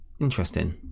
interesting